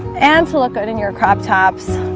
and to look good in your crop tops